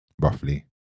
roughly